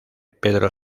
pedro